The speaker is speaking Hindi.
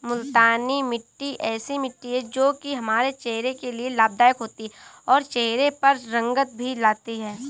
मूलतानी मिट्टी ऐसी मिट्टी है जो की हमारे चेहरे के लिए लाभदायक होती है और चहरे पर रंगत भी लाती है